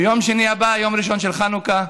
ביום שני הבא, היום הראשון של חנוכה,